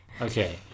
Okay